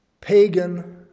pagan